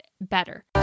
better